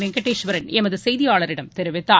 வெங்கடேஸ்வரன் எமதுசெய்தியாளரிடம் தெரிவித்தார்